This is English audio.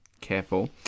Careful